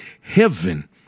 Heaven